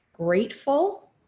Grateful